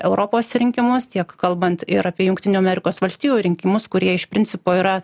europos rinkimus tiek kalbant ir apie jungtinių amerikos valstijų rinkimus kurie iš principo yra